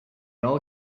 all